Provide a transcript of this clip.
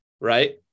right